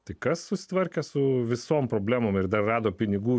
tai kas susitvarkė su visom problemom ir dar rado pinigų